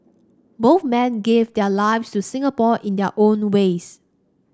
both men gave their lives to Singapore in their own ways